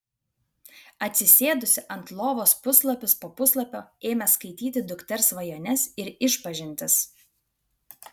atsisėdusi ant lovos puslapis po puslapio ėmė skaityti dukters svajones ir išpažintis